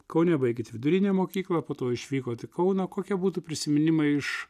kaune baigėt vidurinę mokyklą po to išvykot į kauną kokie būtų prisiminimai iš